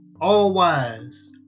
all-wise